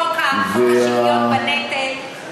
הציבור לא אמר את דברו נגד חוק השוויון בנטל,